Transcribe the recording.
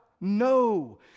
No